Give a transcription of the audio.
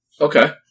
okay